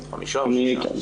אנחנו